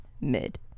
mid